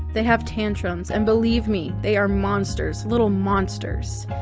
they have tantrums, and believe me, they are monsters, little monsters.